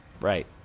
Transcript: Right